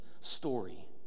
story